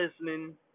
listening